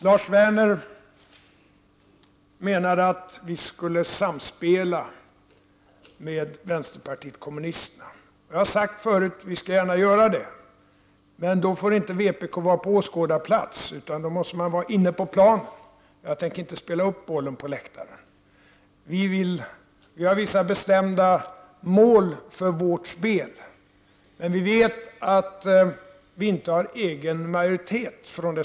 Lars Werner menade att vi socialdemokrater skulle samspela med vänsterpartiet kommunisterna. Jag har tidigare sagt att vi gärna skall göra det, men då får inte vpk vara på åskådarplats, utan då måste man vara inne på planen. Jag tänker inte spela upp bollen på läktaren. Vi socialdemokrater har vissa bestämda mål för vårt spel, men vi vet att vi inte har egen majoritet.